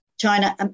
China